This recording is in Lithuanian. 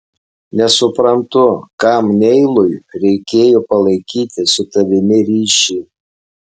nesuprantu kam neilui reikėjo palaikyti su tavimi ryšį